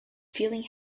feeling